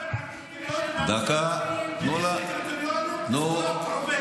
אתה מדבר על קריטריונים --- איזה קריטריונים סטרוק עובדת?